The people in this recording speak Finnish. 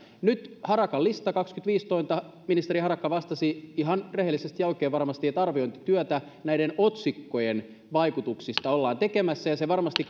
nyt on harakan lista kaksikymmentäviisi tointa ministeri harakka vastasi ihan rehellisesti ja oikein varmasti että arviointityötä näiden otsikkojen vaikutuksista ollaan tekemässä ja se varmasti